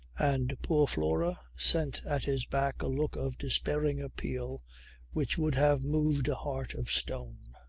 and poor flora sent at his back a look of despairing appeal which would have moved a heart of stone.